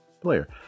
player